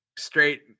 straight